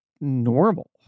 normal